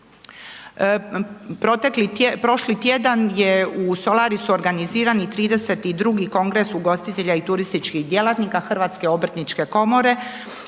prošli tjedan u Solarisu organiziran i 32. Kongres ugostitelja i turističkih djelatnika Hrvatske obrtničke komore